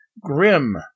Grim